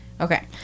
okay